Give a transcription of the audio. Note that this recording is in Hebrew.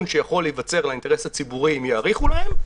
שיכול להיווצר לאינטרס הציבורי אם יאריכו להם,